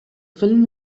film